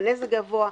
כאשר הנזק גבוה,